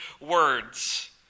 words